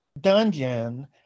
dungeon